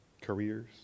careers